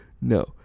no